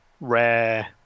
Rare